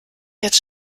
jetzt